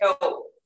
help